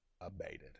abated